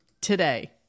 today